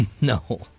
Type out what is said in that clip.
No